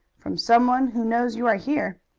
from some one who knows you are here.